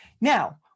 Now